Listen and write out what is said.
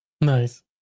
Nice